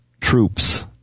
troops